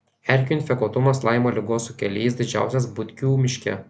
erkių infekuotumas laimo ligos sukėlėjais didžiausias butkių miške